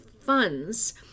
funds